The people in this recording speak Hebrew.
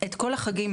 את כל החגים,